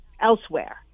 elsewhere